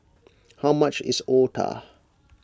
how much is Otah